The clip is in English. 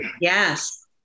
Yes